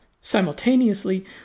simultaneously